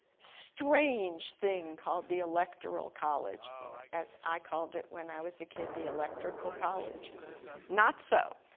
strange thing called the electoral college, or as i called it when i was a kid, the electrical college not so.